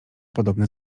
podobne